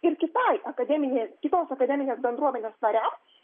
ir kitai akademinei kitos akademinės bendruomenės nariams